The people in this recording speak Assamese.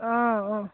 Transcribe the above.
অঁ অঁ